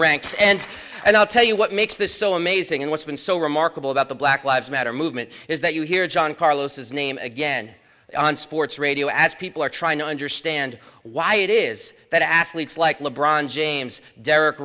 ranks and i'll tell you what makes this so amazing and what's been so remarkable about the black lives matter movement is that you hear john carlos his name again on sports radio as people are trying to understand why it is that athletes like le bron james der